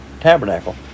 tabernacle